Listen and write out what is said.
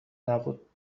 نبود